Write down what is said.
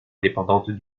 indépendantes